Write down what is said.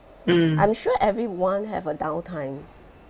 I'm sure everyone have a downtime